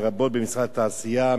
לרבות משרד התעשייה,